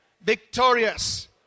victorious